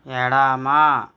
ఎడమ